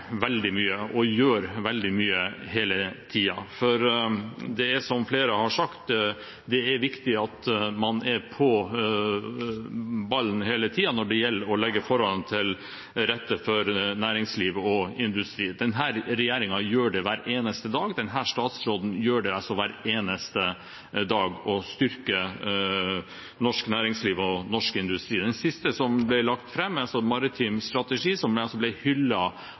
veldig mye og gjør veldig mye hele tiden, for det er, som flere har sagt, viktig at man er på ballen hele tiden når det gjelder å legge forholdene til rette for næringsliv og industri. Denne regjeringen gjør det hver eneste dag og denne statsråden gjør det hver eneste dag – styrker norsk næringsliv og norsk industri. Det siste som ble lagt fram, er en ny maritim strategi, som ble